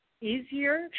easier